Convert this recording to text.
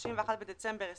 (31 בדצמבר 2021)